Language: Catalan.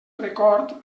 record